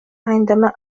عندما